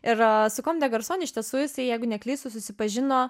ir su comme des garcons iš tiesų jisai jeigu neklystu susipažino